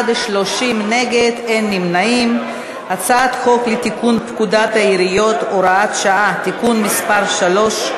את הצעת חוק לתיקון פקודת העיריות (הוראת שעה) (תיקון מס' 3),